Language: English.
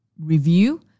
review